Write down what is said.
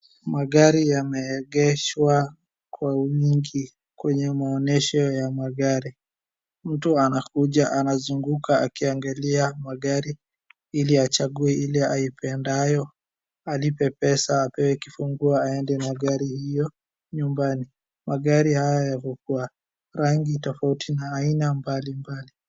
Magari ya meegeshwa kwa wingi ,kwenye maonyesho ya magari. Mtu anakuja anazunguka akiangalia magari ili yachangue ile aipandaye, alipe pesa apewe kifunguo aende na gari hiyo nyumbani. Magari hayo yako kwa rangi tofauti na aina mbalimbali.